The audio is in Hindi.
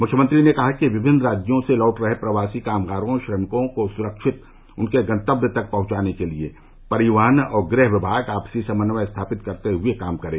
मुख्यमंत्री ने कहा कि विमिन्न राज्यों से लौट रहे प्रवासी कामगार श्रमिकों को सुरक्षित उनके गतंव्य तक पहंचाने के लिये परिवहन और गृह विभाग आपसी समन्वय स्थापित करते हुए काम करे